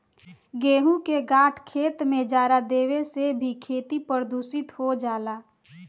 गेंहू के डाँठ खेत में जरा देवे से भी खेती प्रदूषित हो जाला